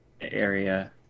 area